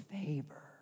favor